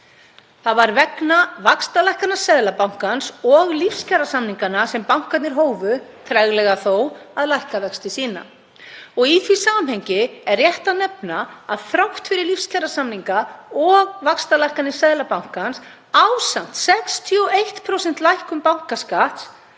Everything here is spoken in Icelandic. Það var vegna vaxtalækkana Seðlabankans og lífskjarasamninganna sem bankarnir hófu, treglega þó, að lækka vexti sína. Í því samhengi er rétt að nefna að þrátt fyrir lífskjarasamninga og vaxtalækkanir Seðlabankans, ásamt 61% lækkun bankaskatts,